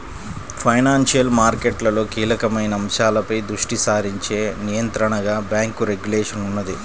financial మార్కెట్లలో కీలకమైన అంశాలపై దృష్టి సారించే నియంత్రణగా బ్యేంకు రెగ్యులేషన్ ఉన్నది